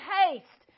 haste